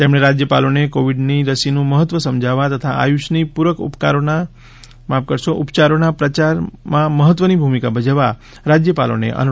તેમણે રાજ્યપાલોને કોવિડના રસીનું મહત્વ સમજાવવા તથા આયુષની પૂરક ઉપયારોના પ્રસાર પ્રચારમાં મહત્વની ભૂમિકા ભજવવા રાજ્યપાલોને અનુરોધ કર્યો હતો